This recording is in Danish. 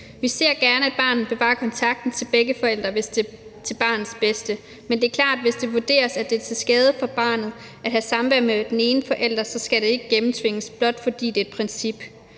Vi ser gerne, at barnet bevarer kontakten til begge forældre, hvis det er til barnets bedste, men det er klart, at hvis det vurderes, at det er til skade for barnet at have samvær med den ene forælder, så skal det ikke gennemtvinges, blot fordi det er et princip.